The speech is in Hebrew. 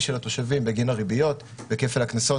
של התושבים בגין הריביות וכפל הקנסות,